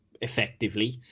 effectively